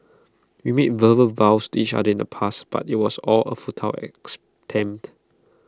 we made verbal vows to each other in the past but IT was all A futile as tempt